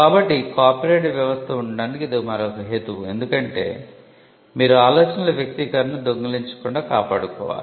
కాబట్టి కాపీరైట్ వ్యవస్థ ఉండటానికి ఇది మరొక హేతువు ఎందుకంటే మీరు ఆలోచనల వ్యక్తీకరణను దొంగిలించకుండా కాపాడుకోవాలి